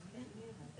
בעיקרון במחיר הדירה.